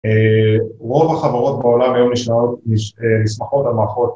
רוב החברות בעולם היום נסמכות על מערכות.